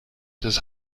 des